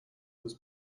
this